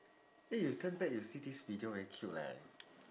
eh you turn back you see this video very cute leh